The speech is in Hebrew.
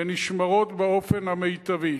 ונשמרות באופן המיטבי.